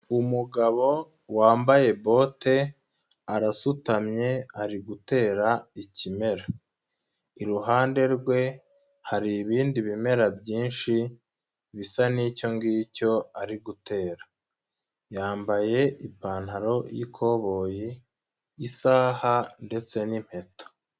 Umugabo wambaye bote, arasutamye ari gutera ikimera, iruhande rwe hari ibindi bimera byinshi bisa n'icyo ngicyo ari gutera, yambaye ipantaro y'ikoboyi, isaha ndetse n'impeta.